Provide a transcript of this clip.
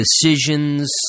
decisions